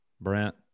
Brant